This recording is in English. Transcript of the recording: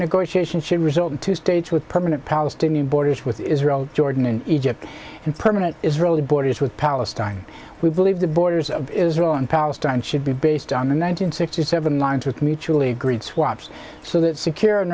negotiation should result in two states with permanent palestinian borders with israel jordan and egypt and permanent israeli borders with palestine we believe the borders of israel and palestine should be based on the nine hundred sixty seven lines with mutually agreed swaps so that secure and